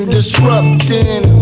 Disrupting